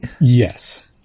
yes